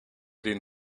den